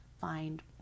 find